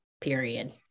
period